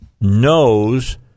knows